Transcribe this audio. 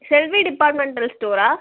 Selvi departmental ஸ்டோரா